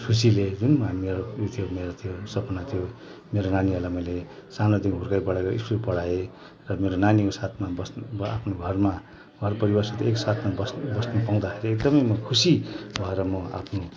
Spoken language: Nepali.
खुसीले जुन हामी उयो थियो मेरो थियो सपना थियो मेरो नानीहरूलाई मैले सानोदेखि हुर्काई बढाई गरी स्कुल पढाएर मेरो नानीको साथमा बस्नु आफ्नो घरमा घर परिवारसित एक साथमा बस्नु बस्नु पाउँदाखेरि एकदम म खुसी भएर म आफ्नो